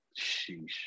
Sheesh